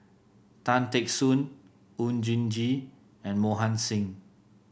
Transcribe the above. Tan Teck Soon Oon Jin Gee and Mohan Singh